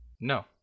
no